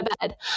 bed